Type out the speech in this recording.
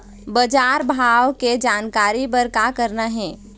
बजार भाव के जानकारी बर का करना हे?